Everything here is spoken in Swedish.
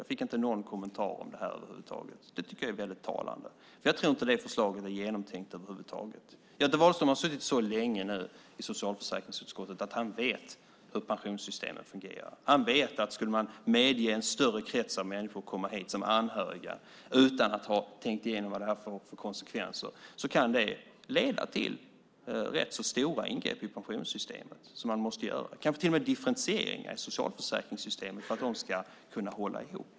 Jag fick inte någon kommentar om det över huvud taget. Det tycker jag är väldigt talande. Jag tror inte att det förslaget är genomtänkt över huvud taget. Göte Wahlström har suttit så länge nu i socialförsäkringsutskottet att han vet hur pensionssystemet fungerar. Han vet att skulle man medge en större krets av människor att komma hit som anhöriga utan att ha tänkt igenom vad det får för konsekvenser kan det leda till att man måste göra rätt stora ingrepp i pensionssystemet, kanske till och med en differentiering i socialförsäkringssystemen för att de ska kunna hålla ihop.